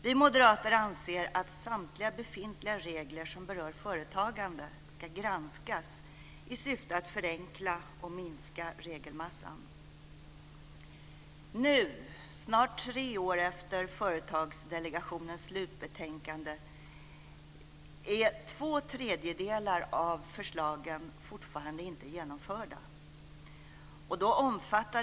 Vi moderater anser att samtliga befintliga regler som berör företagande ska granskas i syfte att förenkla och minska regelmassan. Nu, snart tre år efter Småföretagsdelegationens slutbetänkande, är två tredjedelar av förslagen fortfarande inte genomförda.